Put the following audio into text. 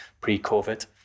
pre-Covid